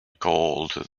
called